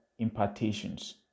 impartations